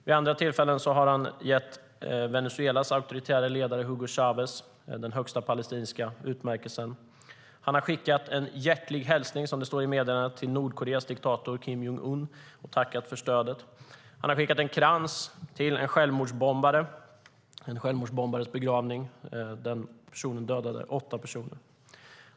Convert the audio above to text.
Vid andra tillfällen har han gett Venezuelas auktoritära ledare Hugo Chavez den högsta palestinska utmärkelsen. Han har skickat en hjärtlig hälsning, som det står i meddelandet, till Nordkoreas diktator Kim Jong-Un och tackat för stödet. Han har skickat en krans till en självmordsbombares begravning. Personen hade dödat åtta personer.